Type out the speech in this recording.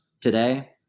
today